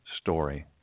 story